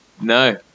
No